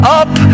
up